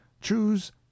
choose